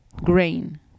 Grain